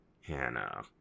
Hannah